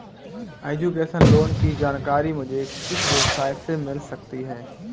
Education loan की जानकारी मुझे किस वेबसाइट से मिल सकती है?